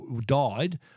died